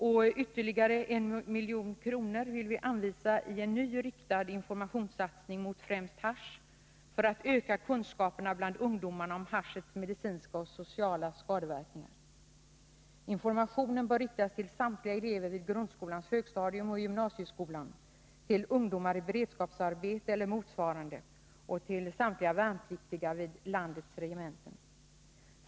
Vi vill anvisa ytterligare 1 miljon till en ny riktad informationssatsning mot främst hasch för att öka kunskaperna bland ungdomarna om haschets medicinska och sociala skadeverkningar. Informationen bör riktas till samtliga elever vid grundskolans högstadium och i gymnasieskolan, till ungdomar i beredskapsarbete eller motsvarande och till samtliga värnpliktiga vid landets regementen.